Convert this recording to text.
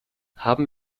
haben